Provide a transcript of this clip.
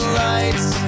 lights